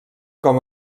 com